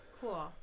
cool